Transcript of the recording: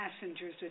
passengers